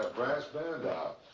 brass band